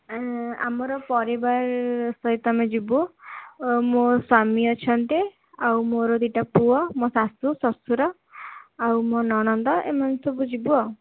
ଆମର ପରିବାର ସହିତ ଆମେ ଯିବୁ ମୋ ସ୍ଵାମୀ ଅଛନ୍ତି ଆଉ ମୋର ଦୁଇଟା ପୁଅ ମୋ ଶାଶୂ ଶ୍ୱଶୁର ଆଉ ମୋ ନଣନ୍ଦ ଏମାନେ ସବୁ ଯିବୁ ଆଉ